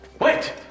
Wait